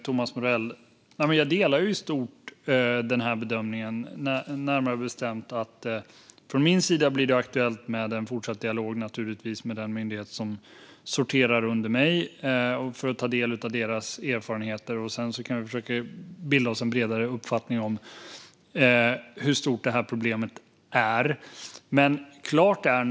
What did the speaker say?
Herr talman! Jag delar i stort bedömningen. Från min sida blir det naturligtvis aktuellt att ha en fortsatt dialog med den myndighet som sorterar under mig för att ta del av deras erfarenheter. Sedan kan vi försöka bilda oss en bredare uppfattning om hur stort problemet är.